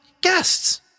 guests